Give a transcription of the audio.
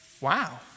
Wow